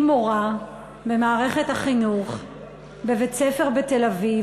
מורה במערכת החינוך בבית-ספר בתל-אביב.